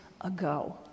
ago